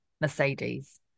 Mercedes